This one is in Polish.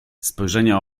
spojrzenia